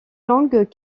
langues